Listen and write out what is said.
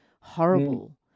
horrible